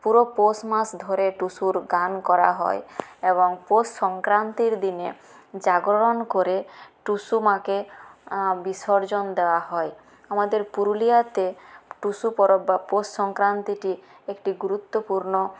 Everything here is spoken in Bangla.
পুরো পৌষ মাস ধরে টুসুর গান করা হয় এবং পৌষ সংক্রান্তির দিনে জাগরণ করে টুসু মাকে বিসর্জন দেওয়া হয় আমাদের পুরুলিয়াতে টুসু পরব বা পৌষ সংক্রান্তিটি একটি গুরুত্বপূর্ণ